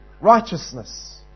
righteousness